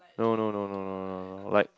no no no no no no no like